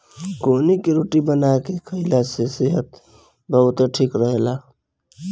कुगनी के रोटी बना के खाईला से सेहत बहुते ठीक रहेला